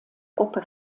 gruppe